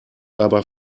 aber